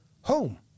home